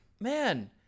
man